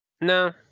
no